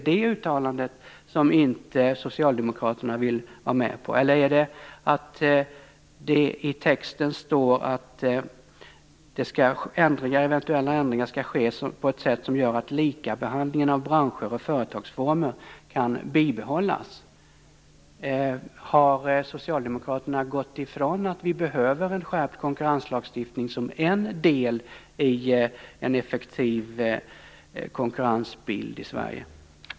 Vill Socialdemokraterna inte vara med på det uttalandet? Eller är man inte med på det som står i texten om att eventuella ändringar skall ske på ett sätt som gör att likabehandlingen av branscher och företagsformer kan bibehållas? Har Socialdemokraterna gått ifrån uppfattningen att vi behöver en skärpt konkurrenslagstiftning som en del i en effektiv konkurrensbild i Sverige?